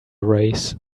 raise